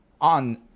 on